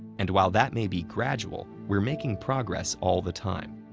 and while that may be gradual, we're making progress all the time.